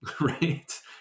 Right